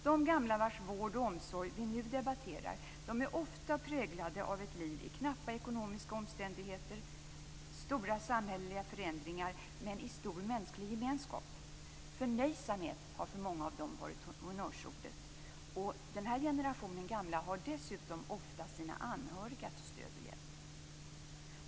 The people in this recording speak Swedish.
De gamla vars vård och omsorg vi nu debatterar är ofta präglade av ett liv i knappa ekonomiska omständigheter och stora samhälleliga förändringar men i stor mänsklig gemenskap. Förnöjsamhet har för många av dem varit honnörsordet. Denna generation gamla har dessutom ofta sina anhöriga till stöd och hjälp.